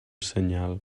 senyal